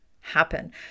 happen